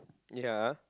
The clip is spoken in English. ya